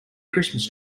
christmas